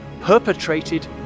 perpetrated